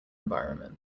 environment